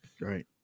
Right